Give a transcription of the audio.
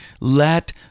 let